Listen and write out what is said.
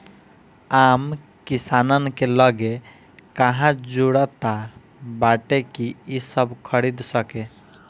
आम किसानन के लगे कहां जुरता बाटे कि इ सब खरीद सके